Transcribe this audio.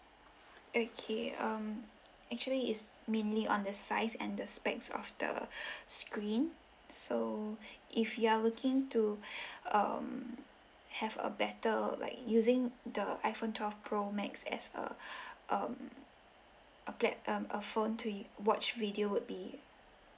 okay um actually it's mainly on the size and the specs of the screen so if you are looking to um have a better like using the iphone twelve pro max as a um a plat~ um a phone to u~ watch video would be